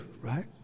right